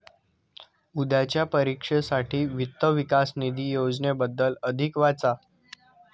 उद्याच्या परीक्षेसाठी वित्त विकास निधी योजनेबद्दल अधिक वाचा